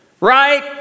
Right